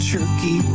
Turkey